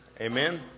amen